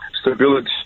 stability